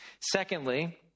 Secondly